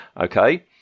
okay